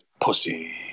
pussy